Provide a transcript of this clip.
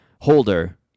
holder